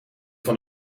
van